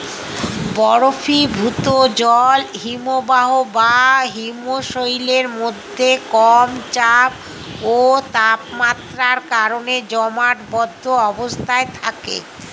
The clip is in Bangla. বরফীভূত জল হিমবাহ বা হিমশৈলের মধ্যে কম চাপ ও তাপমাত্রার কারণে জমাটবদ্ধ অবস্থায় থাকে